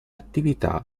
attività